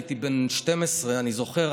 הייתי בן 12 אני זוכר,